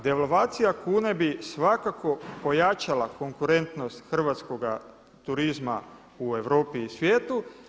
Devalvacija kune bi svakako pojačala konkurentnost hrvatskoga turizma u Europi i svijetu.